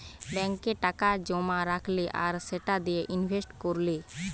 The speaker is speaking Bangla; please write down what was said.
ব্যাংকে টাকা জোমা রাখলে আর সেটা দিয়ে ইনভেস্ট কোরলে